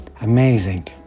amazing